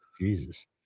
Jesus